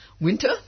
Winter